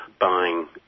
buying